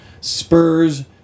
Spurs